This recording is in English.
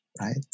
Right